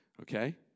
Okay